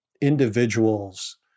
individuals